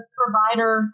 provider